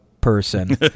person